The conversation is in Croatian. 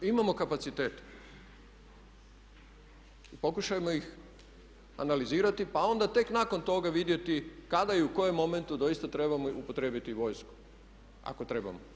Imamo kapacitete, pokušajmo ih analizirati pa onda tek nakon toga vidjeti kada i u kojem momentu doista trebamo upotrijebiti i vojsku, ako trebamo.